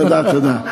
תודה, תודה.